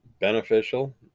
beneficial